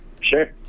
Sure